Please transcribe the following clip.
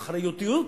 ואחריותיות.